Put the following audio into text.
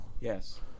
Yes